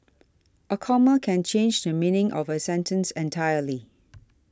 a comma can change the meaning of a sentence entirely